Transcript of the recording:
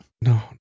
No